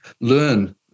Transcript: learn